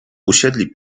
usiedli